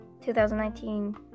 2019